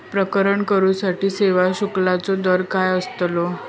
प्रकरण करूसाठी सेवा शुल्काचो दर काय अस्तलो?